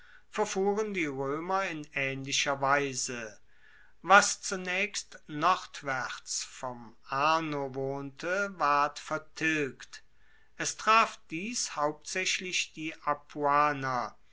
verfuhren die roemer in aehnlicher weise was zunaechst nordwaerts vom arno wohnte ward vertilgt es traf dies hauptsaechlich die